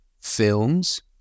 films